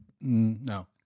no